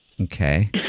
Okay